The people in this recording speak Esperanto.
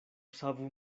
savu